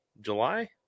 July